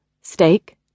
steak